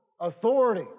authority